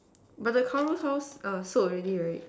but the current house are sold already right